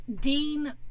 Dean